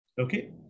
Okay